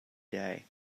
day